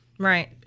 Right